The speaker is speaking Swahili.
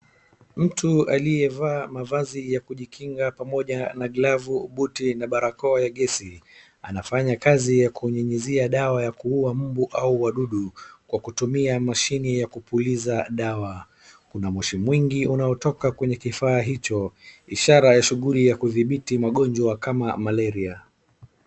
Mtu aliyevaa mavazi ya kujikinga pamoja na glavu, buti na barakoa ya gesi anafanya kazi ya kunyunyizia dawa ya kuua mbu au wadudu kwa kutumia mashini ya kupuliza dawa. Kuna moshi mwingi unaotoka kwenye kifaa hicho, ishara ya shughuli ya kudhibiti magonjwa kama Malaria.